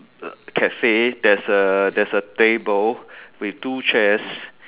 uh cafe there's a there's a table with two chairs